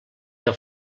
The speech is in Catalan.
que